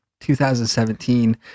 2017